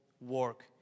work